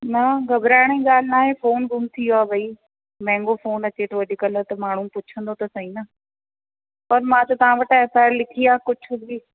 न घबराइण जी ॻाल्हि नाहे फ़ोन घुम थी वियो आहे भाई महांगो फ़ोन अचे थो अॼुकल्ह त माण्हू पुछंदो त सही न पर मां त मां वटि एफ़ आई आर लिखी आहे कुझु बि